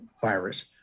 virus